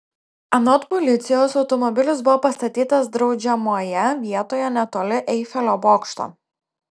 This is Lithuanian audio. anot policijos automobilis buvo pastatytas draudžiamoje vietoje netoli eifelio bokšto